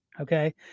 Okay